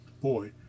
boy